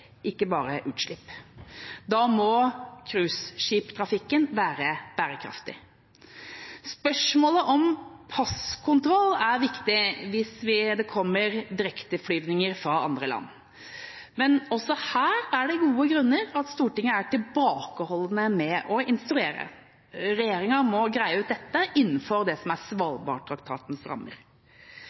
ikke bare utslipp. Da må cruiseskiptrafikken være bærekraftig. Spørsmålet om passkontroll er viktig hvis det kommer direkteflyvninger fra andre land. Men også her er det gode grunner til at Stortinget er tilbakeholdne med å instruere. Regjeringa må greie ut dette innenfor det som er Svalbardtraktatens rammer.